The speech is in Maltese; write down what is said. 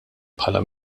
bħala